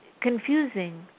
confusing